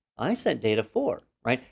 i sent data four, right?